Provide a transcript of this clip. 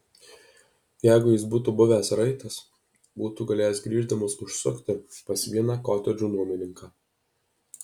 jeigu jis būtų buvęs raitas būtų galėjęs grįždamas užsukti pas vieną kotedžų nuomininką